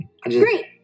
Great